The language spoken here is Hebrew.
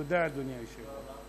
תודה, אדוני היושב-ראש.